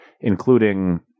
Including